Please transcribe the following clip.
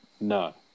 No